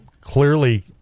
clearly